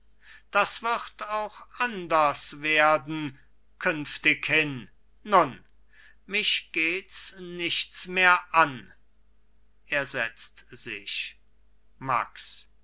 das wird auch anders werden künftighin nun mich gehts nichts mehr an er setzt sich max